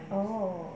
oh